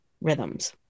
rhythms